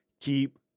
keep